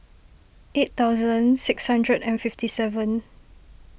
eight thousand six hundred and fifty seven